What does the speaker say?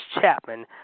Chapman